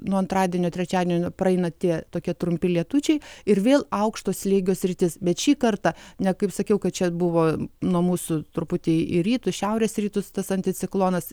nuo antradienio trečiadienio praeina tie tokie trumpi lietučiai ir vėl aukšto slėgio sritis bet šį kartą ne kaip sakiau kad čia buvo nuo mūsų truputį į rytus šiaurės rytus tas anticiklonas